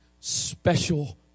special